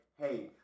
hey